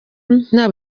nta